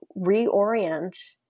reorient